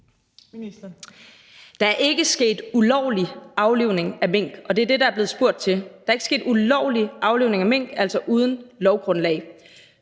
Der er ikke sket ulovlig aflivning af mink, altså uden lovgrundlag.